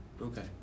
Okay